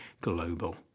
global